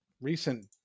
recent